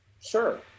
Sure